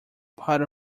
part